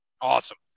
awesome